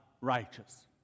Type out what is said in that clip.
righteous